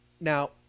Now